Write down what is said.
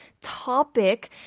topic